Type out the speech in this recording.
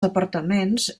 departaments